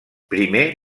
primer